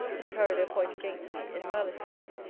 to carry their point against me, in malice to him.